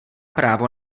právo